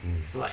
mm